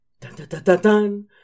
Dun-dun-dun-dun-dun